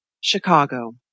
Chicago